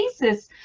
basis